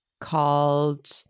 called